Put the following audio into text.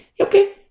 Okay